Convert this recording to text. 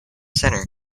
center